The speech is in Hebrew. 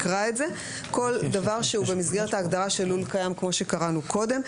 כל דבר שבמסגרת ההגדרה של לול קיים כמוש קראנו קודם,